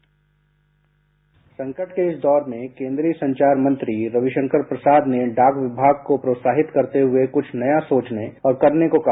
bite संकट के इस दौर में केन्द्रीय संचार मंत्री रविशंकर प्रसाद ने डाक विभाग को प्रोत्साहित करते हुए कुछ नया सोचने और करने को कहा